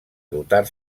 dotar